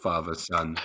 Father-son